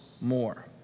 more